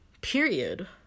period